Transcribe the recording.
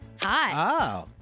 hi